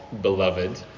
Beloved